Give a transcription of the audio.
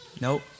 Nope